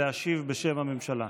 להשיב בשם הממשלה.